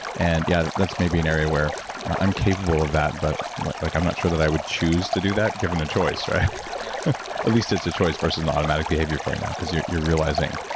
and yeah that's maybe an area where i'm capable of that, but like i'm not sure that i would choose to do that, given a choice. yeah at least it's a choice versus an automatic behavior for now, because you're you're realizing,